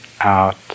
out